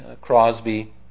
Crosby